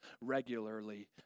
regularly